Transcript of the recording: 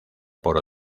por